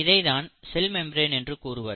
இதை தான் cell membrane என்று கூறுவர்